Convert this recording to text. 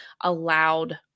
allowed